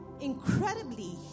incredibly